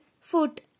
foot